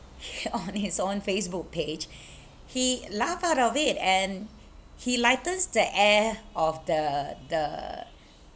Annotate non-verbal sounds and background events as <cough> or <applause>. <laughs> on his own Facebook page <breath> he laughed out of it and he lightens the air of the the